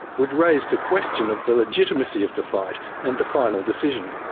would raise the question of the legitimacy of the fight and the final decision.